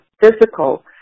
physical